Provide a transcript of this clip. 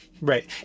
Right